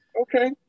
Okay